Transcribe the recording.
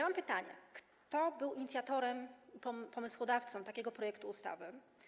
Mam pytanie: Kto był inicjatorem i pomysłodawcą takiego projektu ustawy?